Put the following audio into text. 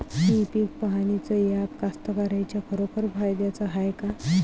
इ पीक पहानीचं ॲप कास्तकाराइच्या खरोखर फायद्याचं हाये का?